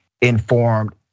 informed